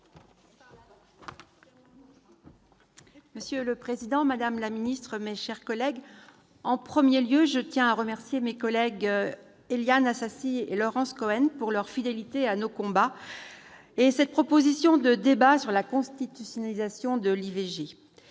Monsieur le président, madame la ministre, mes chers collègues, en premier lieu, je tiens à remercier Éliane Assassi et Laurence Cohen de leur fidélité à nos combats communs, ainsi que de leur proposition de débat sur la constitutionnalisation de l'IVG.